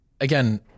again